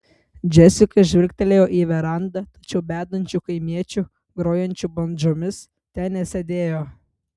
džesika žvilgtelėjo į verandą tačiau bedančių kaimiečių grojančių bandžomis ten nesėdėjo